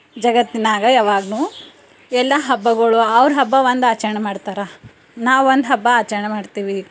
ಜಗತ್ತಿನಾಗೆ ಯಾವಾಗ್ನೂ ಎಲ್ಲ ಹಬ್ಬಗಳು ಅವ್ರ ಹಬ್ಬ ಒಂದು ಆಚರಣೆ ಮಾಡ್ತಾರೆ ನಾವು ಒಂದು ಹಬ್ಬ ಆಚರಣೆ ಮಾಡ್ತಿವಿ